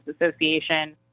Association